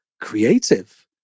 creative